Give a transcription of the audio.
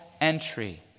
entry